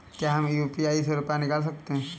क्या हम यू.पी.आई से रुपये निकाल सकते हैं?